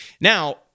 Now